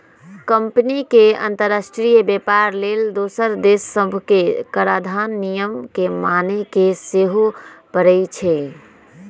company के अंतरराष्ट्रीय व्यापार लेल दोसर देश सभके कराधान नियम के माने के सेहो परै छै